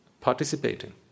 participating